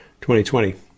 2020